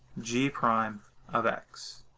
g prime of x.